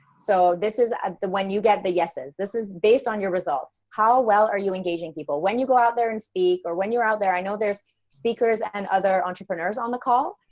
so this is the one you get the yeses. this is based on your results. how well are you engaging people, when you go out there and speak or when you're out there? i know there's speakers and other entrepreneurs on the call,